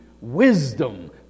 wisdom